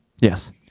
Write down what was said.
Yes